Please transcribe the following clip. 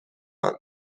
آنرا